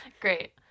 Great